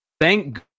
thank